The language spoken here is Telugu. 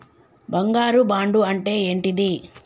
బంగారు బాండు అంటే ఏంటిది?